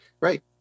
right